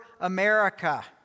America